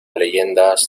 leyendas